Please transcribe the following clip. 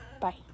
Bye